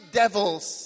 devils